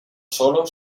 sólo